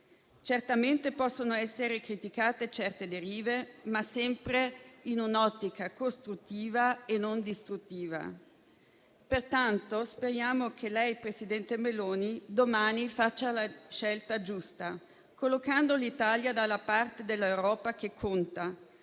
Certamente possono essere criticate certe derive, ma sempre in un'ottica costruttiva e non distruttiva. Pertanto, speriamo che lei, presidente Meloni, domani faccia la scelta giusta, collocando l'Italia dalla parte dell'Europa che conta,